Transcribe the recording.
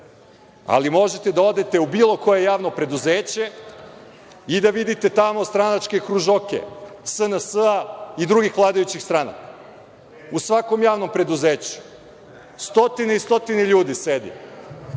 možete da odete u bilo koje javno preduzeće i da vidite tamo stranačke kružoke SNS-a i drugih vladajućih stranaka. U svakom javnom preduzeću stotine i stotine ljudi sedi,